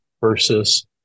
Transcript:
versus